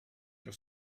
your